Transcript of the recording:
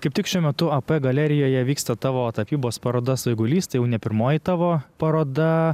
kaip tik šiuo metu ap galerijoje vyksta tavo tapybos paroda svaigulys tai jau ne pirmoji tavo paroda